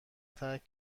ترک